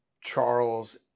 Charles